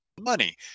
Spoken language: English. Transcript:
money